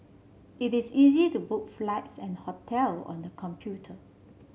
it is easy to book flights and hotel on the computer